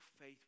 faith